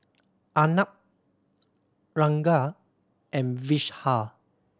Arnab Ranga and Vishal